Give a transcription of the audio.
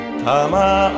tama